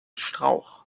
strauch